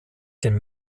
den